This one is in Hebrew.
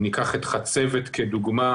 אם ניקח את החצבת לדוגמה,